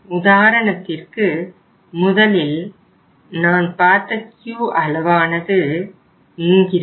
உதாரணத்திற்கு முதலில் நான் பார்த்த Q அளவானது இங்கிருக்கும்